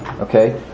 Okay